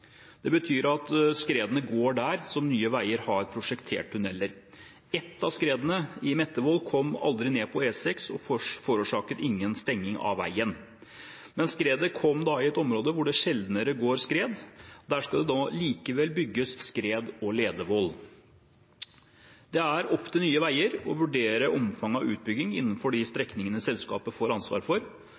Det betyr at skredene går der Nye Veier har prosjektert tunneler. Ett av skredene i Mettevoll kom aldri ned på E6 og forårsaket ingen stenging av veien. Men skredet kom i et område hvor det sjeldnere går skred. Der skal det likevel bygges skred- og ledevoll. Det er opp til Nye Veier å vurdere omfanget av utbygging innenfor de strekningene selskapet får ansvar for,